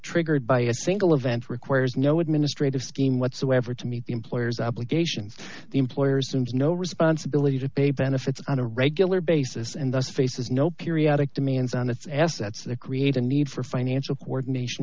triggered by a single event requires no administrative scheme whatsoever to meet the employer's obligations the employer's terms no responsibility to pay benefits on a regular basis and thus faces no periodic demands on its assets that create a need for financial coordination